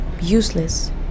useless